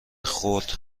خرد